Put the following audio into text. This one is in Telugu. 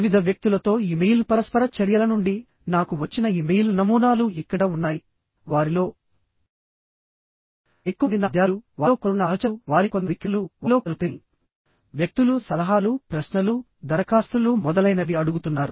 వివిధ వ్యక్తులతో ఇమెయిల్ పరస్పర చర్యల నుండి నాకు వచ్చిన ఇమెయిల్ నమూనాలు ఇక్కడ ఉన్నాయి వారిలో ఎక్కువ మంది నా విద్యార్థులు వారిలో కొందరు నా సహచరులు వారిలో కొందరు విక్రేతలు వారిలో కొందరు తెలియని వ్యక్తులు సలహాలు ప్రశ్నలుదరఖాస్తులు మొదలైనవి అడుగుతున్నారు